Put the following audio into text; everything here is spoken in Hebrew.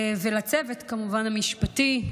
וכמובן לצוות המשפטי,